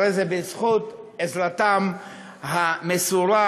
הרי זה בזכות עזרתם המסורה,